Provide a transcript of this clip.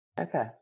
okay